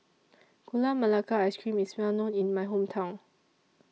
Gula Melaka Ice Cream IS Well known in My Hometown